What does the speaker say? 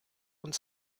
und